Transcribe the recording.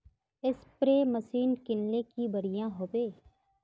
Spray machine किनले की बढ़िया होबवे?